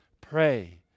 Pray